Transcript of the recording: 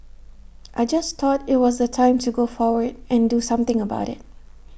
I just thought IT was the time to go forward and do something about IT